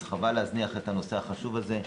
אז חבל להזניח את הנושא החשוב הזה.